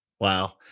Wow